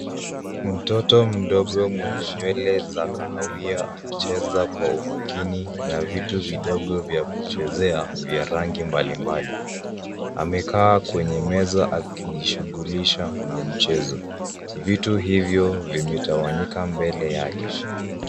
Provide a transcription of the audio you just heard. Mtoto mdogo mwenye nywele za kahawia anacheza kwa umakini na vitu vidogo vya kuchezea vya rangi mbalimbali. Amekaa kwenye meza akijishunglisha na mchezo. Vitu hivyo vimetawanyika mbele yake.